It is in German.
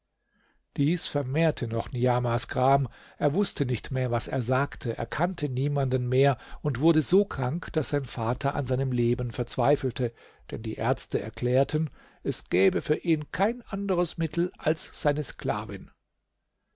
dies vermehrte noch niamahs gram er wußte nicht mehr was er sagte erkannte niemanden mehr und wurde so krank daß sein vater an seinem leben verzweifelte denn die ärzte erklärten es gebe für ihn kein anderes mittel als seine sklavin